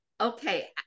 okay